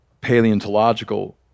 paleontological